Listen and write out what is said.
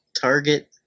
Target